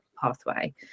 Pathway